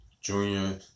Junior